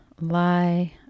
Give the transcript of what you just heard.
Lie